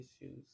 issues